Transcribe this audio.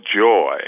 joy